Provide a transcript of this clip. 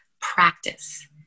practice